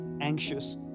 anxious